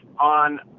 on